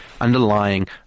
underlying